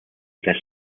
tres